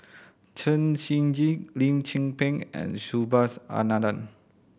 Chen Shiji Lim Tze Peng and Subhas Anandan